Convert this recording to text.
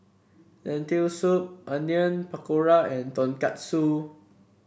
Lentil Soup Onion Pakora and Tonkatsu